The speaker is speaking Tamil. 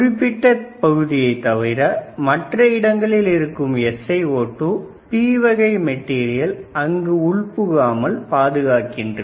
குறிப்பிட்ட பகுதியை தவிர மற்ற இடங்களில் இருக்கும் SiO2 P வகை மெட்டீரியல் வேறு இடங்களுக்கு புகாமல் பாதுகாக்கின்றது